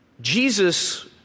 Jesus